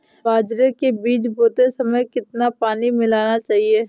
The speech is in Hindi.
बाजरे के बीज बोते समय कितना पानी मिलाना चाहिए?